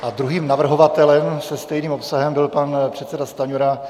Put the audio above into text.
A druhým navrhovatelem se stejným obsahem byl pan předseda Stanjura.